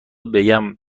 بگم